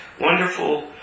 wonderful